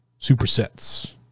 supersets